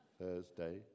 Thursday